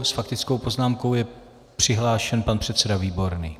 S faktickou poznámkou je přihlášen pan předseda Výborný.